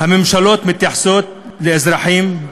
הממשלות מתייחסות לאזרחים הערבים,